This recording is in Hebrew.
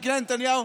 תיקי נתניהו,